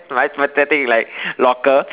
my pathetic like locker